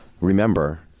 remember